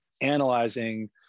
analyzing